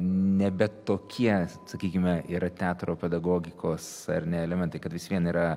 nebe tokie sakykime yra teatro pedagogikos ar ne elementai kad vis vien yra